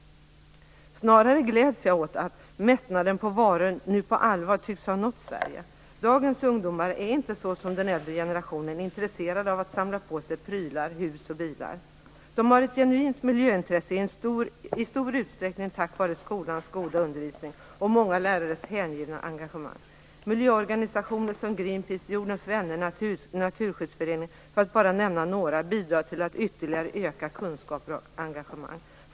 Snarare gläds jag åt att mättnaden på varor nu på allvar tycks ha nått Sverige. Dagens ungdomar är inte som den äldre generationen intresserad av att samla på sig prylar, hus och bilar. Den har ett genuint miljöintresse, i stor utsträckning tack vare skolans goda undervisning och många lärares hängivna engagemang. Miljöorganisationer som Greenpeace, Jordens Vänner och Naturskyddsföreningen - för att bara nämna några - bidrar till att ytterligare öka kunskapen och engagemanget.